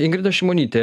ingrida šimonytė